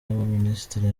y’abaminisitiri